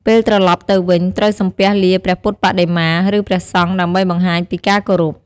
ពេលត្រឡប់ទៅវិញ ត្រូវសំពះលាព្រះពុទ្ធបដិមា ឬព្រះសង្ឃ ដើម្បីបង្ហាញពីការគោរព។